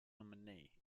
nominee